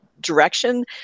direction